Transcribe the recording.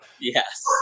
Yes